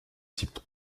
type